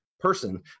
person